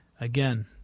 Again